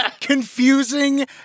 confusing